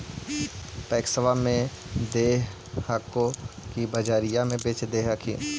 पैक्सबा मे दे हको की बजरिये मे बेच दे हखिन?